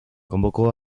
convocó